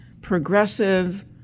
progressive